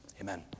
amen